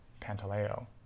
Pantaleo